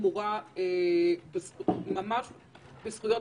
"או רכשו".